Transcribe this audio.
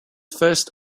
first